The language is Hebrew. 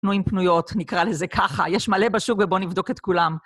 פנויים פנויות, נקרא לזה ככה. יש מלא בשוק ובואו נבדוק את כולם.